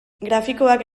grafikoak